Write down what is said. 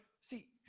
See